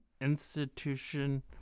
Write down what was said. institution